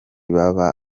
baba